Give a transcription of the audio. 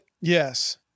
Yes